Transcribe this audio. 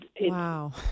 Wow